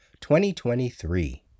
2023